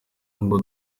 ngo